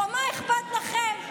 מה אכפת לכם,